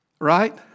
Right